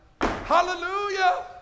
Hallelujah